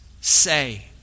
say